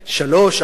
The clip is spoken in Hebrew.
שלוש,